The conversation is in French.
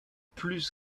plus